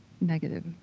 negative